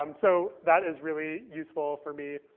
um so that is really useful for me.